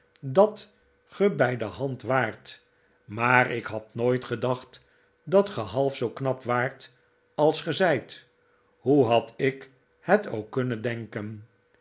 dat ge bij de hand waart maar ik had nooit gedacht dat ge half zoo knap waart als ge zijt hoe had ik het ook kunnen denken